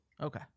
Okay